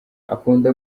akunda